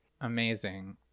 amazing